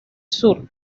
sur